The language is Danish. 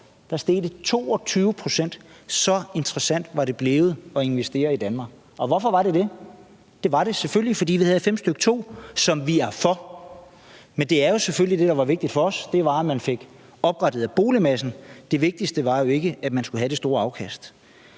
prisen med 22 pct.; så interessant var det blevet at investere i Danmark. Og hvorfor var det det? Det var det selvfølgelig, fordi vi havde § 5, stk. 2, som vi var for. Men det, der var vigtigt for os, var selvfølgelig, at man fik opgraderet boligmassen; det vigtigste var jo ikke, at man skulle have det store afkast.